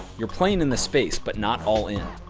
you're playing in the space, but not all in.